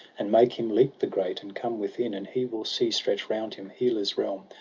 and make him leap the grate, and come within. and he will see stretch round him hela's realm.